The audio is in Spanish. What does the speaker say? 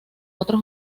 otro